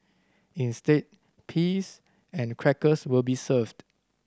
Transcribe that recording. instead peas and crackers will be served